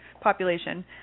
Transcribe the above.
population